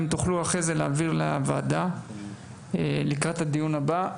אם תוכלו אחרי זה להעביר לוועדה לקראת הדיון הבא,